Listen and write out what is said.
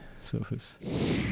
surface